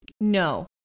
No